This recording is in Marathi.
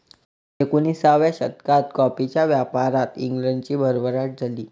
एकोणिसाव्या शतकात कॉफीच्या व्यापारात इंग्लंडची भरभराट झाली